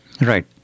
Right